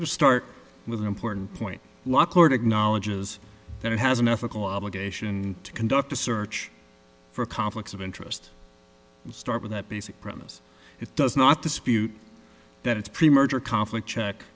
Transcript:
to start with an important point law court acknowledges that it has an ethical obligation to conduct a search for conflicts of interest and start with that basic premise it does not dispute that its pre merger conflict check